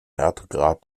härtegrad